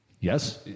Yes